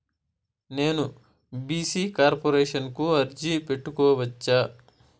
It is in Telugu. నేను బీ.సీ కార్పొరేషన్ కు అర్జీ పెట్టుకోవచ్చా?